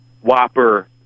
Whopper